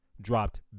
dropped